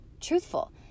truthful